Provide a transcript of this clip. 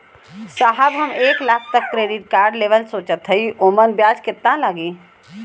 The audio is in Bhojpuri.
साहब हम एक लाख तक क क्रेडिट कार्ड लेवल सोचत हई ओमन ब्याज कितना लागि?